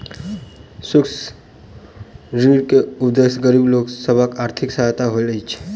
सूक्ष्म ऋण के उदेश्य गरीब लोक सभक आर्थिक सहायता होइत अछि